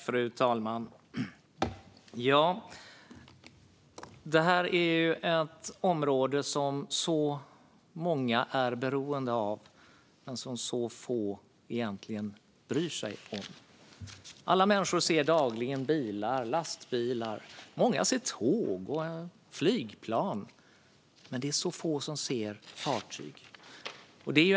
Fru talman! Det här är ju ett område som många är beroende av men som få egentligen bryr sig om. Alla människor ser dagligen bilar och lastbilar. Många ser tåg och flygplan. Men det är få som ser fartyg.